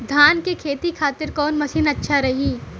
धान के खेती के खातिर कवन मशीन अच्छा रही?